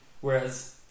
Whereas